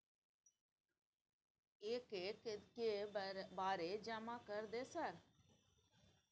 एक एक के बारे जमा कर दे सर?